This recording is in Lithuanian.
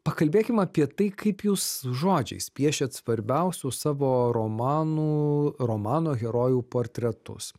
pakalbėkim apie tai kaip jūs žodžiais piešiat svarbiausių savo romanų romano herojų portretus